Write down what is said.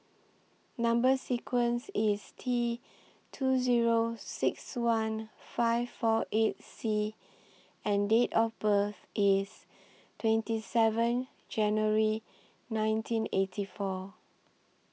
Number sequence IS T two Zero six one five four eight C and Date of birth IS twenty seven January nineteen eighty four